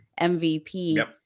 MVP